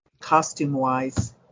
costume-wise